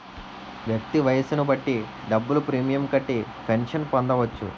వ్యక్తి వయస్సును బట్టి డబ్బులు ప్రీమియం కట్టి పెన్షన్ పొందవచ్చు